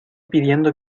pidiendo